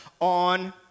on